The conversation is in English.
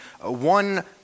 one